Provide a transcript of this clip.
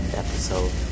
episode